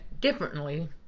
differently